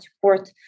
port